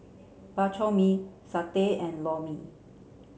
bak chor mee satay and lor mee